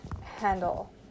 handle